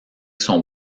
son